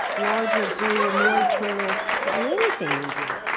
larger, greater, more eternal, than anything we do.